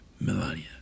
Melania